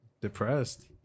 depressed